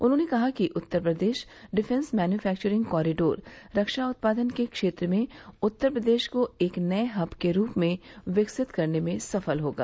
उन्होंने कहा कि Uttar Pradesh defence manufacturing corridor रक्षा उत्पादन के क्षेत्र में उत्तर प्रदेश को एक नये हब के रूप में विकसित करने में सफल होगा